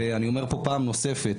ואני אומר פה פעם נוספת,